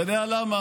אתה יודע למה?